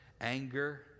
anger